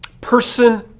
person